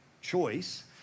choice